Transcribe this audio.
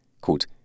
quote